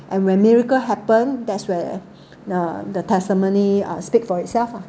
and when miracle happens that's where uh the testimony uh speak for itself ah